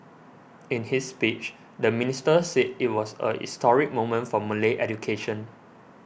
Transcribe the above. in his speech the minister said it was a historic moment for Malay education